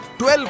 12